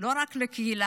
לא רק לקהילה,